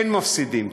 אין מפסידים.